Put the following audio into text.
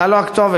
אתה לא הכתובת,